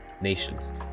nations